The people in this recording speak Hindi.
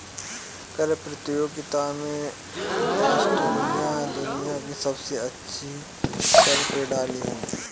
कर प्रतियोगिता में एस्टोनिया दुनिया की सबसे अच्छी कर प्रणाली है